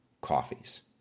coffees